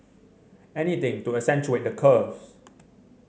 anything to accentuate the curves